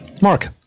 Mark